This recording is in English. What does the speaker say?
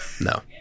no